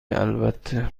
البته